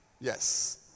Yes